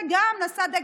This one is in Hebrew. שגם נשאה דגל,